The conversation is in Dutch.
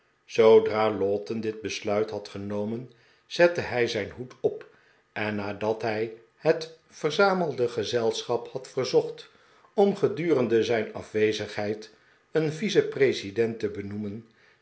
zoodra lowten dit besluit had gehomen zette hij zijn hoed op en nadat hij het verzamelde gezelschap had verzocht om gedurende zijn afwezigheid een vice-president te benoemen